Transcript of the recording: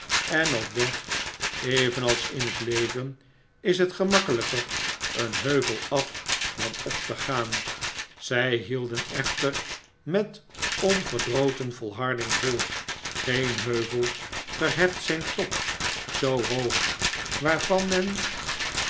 en op weg evenals in het leven is het gemakkelijker een heuvel af dan op te gaan zij hielden echter met onverdroten volharding vol geen heuvel verheft zijn top zoo hoog waarvan men